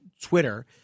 Twitter